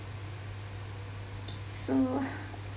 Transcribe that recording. okay so